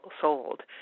sold